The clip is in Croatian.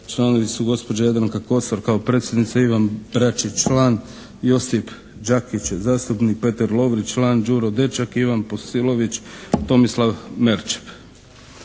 Članovi su gospođa Jadranka Kosor kao predsjednica, Ivan … /Govornik se ne razumije./ član, Josip Đakić zastupnik, Petar Lovrić član, Đuro Dečak, Ivan Posilović, Tomislav Merčep.